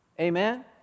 Amen